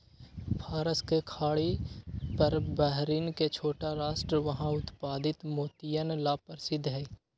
फारस के खाड़ी पर बहरीन के छोटा राष्ट्र वहां उत्पादित मोतियन ला प्रसिद्ध हई